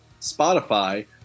Spotify